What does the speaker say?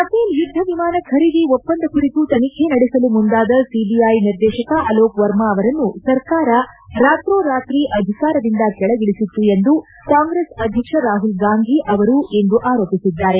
Rafale ಯುದ್ದ ವಿಮಾನ ಖರೀದಿ ಒಪ್ಪಂದ ಕುರಿತು ತನಿಖೆ ನಡೆಸಲು ಮುಂದಾದ ಸಿಬಿಐ ನಿರ್ದೇಶಕ ಅಲೋಕ್ ವರ್ಮಾ ಅವರನ್ನು ಸರ್ಕಾರ ರಾತ್ರೋರಾತ್ರಿ ಅಧಿಕಾರದಿಂದ ಕೆಳಗಿಳಿಸಿತ್ತು ಎಂದು ಕಾಂಗ್ರೆಸ್ ಅಧ್ಯಕ್ಷ ರಾಹುಲ್ ಗಾಂಧಿ ಅವರಿಂದು ಆರೋಪಿಸಿದ್ದಾರೆ